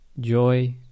joy